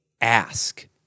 Ask